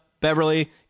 Beverly